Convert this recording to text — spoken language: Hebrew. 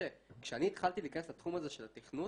כשאני התחלתי להיכנס לתחום הזה של התכנות